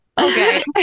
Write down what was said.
Okay